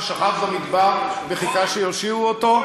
ששכב במדבר וחיכה שיושיעו אותו?